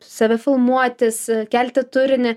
save filmuotis kelti turinį